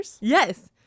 Yes